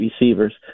receivers